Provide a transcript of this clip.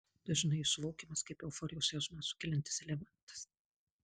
dažnai jis suvokiamas kaip euforijos jausmą sukeliantis elementas